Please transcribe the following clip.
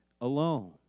alone